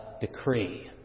decree